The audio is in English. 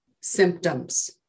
symptoms